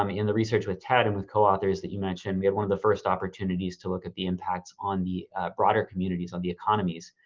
um in the research with ted and with co-authors that you mentioned, we had one of the first opportunities to look at the impact on the broader communities, on the economies,